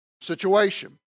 situation